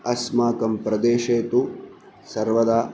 अस्माकं प्रदेशे तु सर्वदा